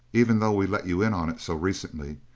even though we let you in on it so recently.